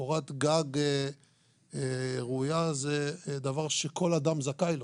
לקורת גג ראויה זה דבר שכל אדם זכאי לו,